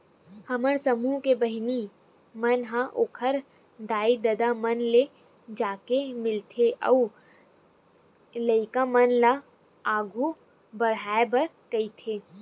हमर समूह के बहिनी मन ह ओखर दाई ददा मन ले जाके मिलथे अउ लइका मन ल आघु पड़हाय बर कहिथे